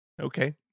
Okay